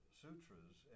sutras